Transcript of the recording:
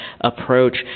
approach